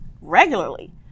regularly